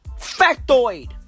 Factoid